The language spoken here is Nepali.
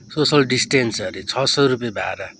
सोसियल डिस्टेन्स अरे छ सय रुपियाँ भाडा